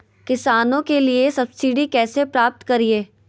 किसानों के लिए सब्सिडी कैसे प्राप्त करिये?